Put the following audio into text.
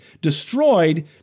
destroyed